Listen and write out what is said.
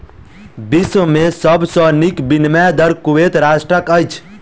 विश्व में सब सॅ नीक विनिमय दर कुवैत राष्ट्रक अछि